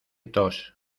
tos